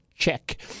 check